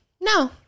No